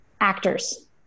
actors